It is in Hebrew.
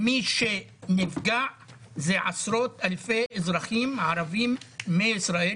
מי שנפגע זה עשרות-אלפי אזרחים ערביים מישראל,